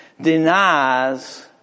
denies